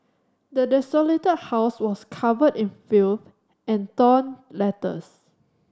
the desolated house was covered in filth and torn letters